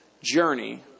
journey